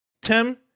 tim